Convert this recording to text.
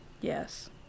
Yes